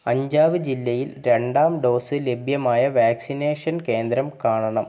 അഞ്ജാവ് ജില്ലയിൽ രണ്ടാം ഡോസ് ലഭ്യമായ വാക്സിനേഷൻ കേന്ദ്രം കാണണം